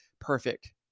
perfect